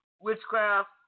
witchcraft